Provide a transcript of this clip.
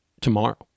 tomorrow